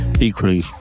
equally